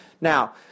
Now